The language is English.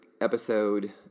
episode